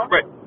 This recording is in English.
Right